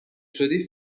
شدی